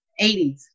80s